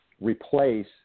replace